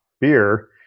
beer